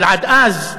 אבל עד אז,